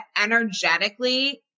energetically